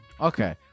Okay